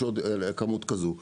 יש כמות כזו.